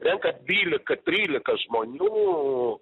renka dvylika trylika žmonių